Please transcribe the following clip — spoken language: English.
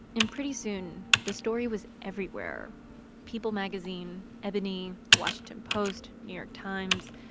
and pretty soon, the story was everywhere people magazine, ebony, the washington post, new york times.